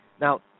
Now